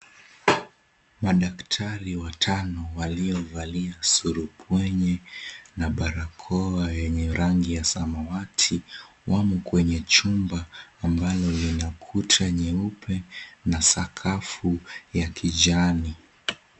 Madaktari watano waliovalia surupwenye na barakoa yenye rangi ya samawati wamo kwenye chumba ambayo ina kuta nyeupe na sakafu ya kijani.